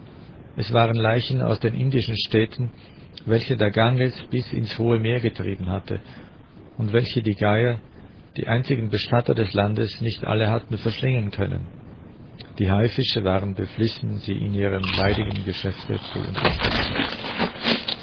es waren leichen aus den indischen städten welche der ganges bis in's hohe meer getrieben hatte und welche die geier die einzigen bestatter des landes nicht alle hatten verschlingen können die haifische waren beflissen sie in ihrem leidigen geschäfte zu unterstützen